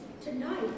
Tonight